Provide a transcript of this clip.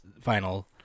final